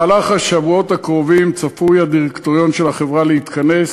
בשבועות הקרובים צפוי הדירקטוריון של החברה להתכנס